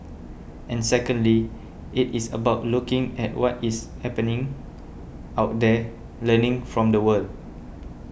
and secondly it is about looking at what is happening out there learning from the world